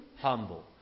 Humble